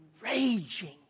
raging